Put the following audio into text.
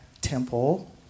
temple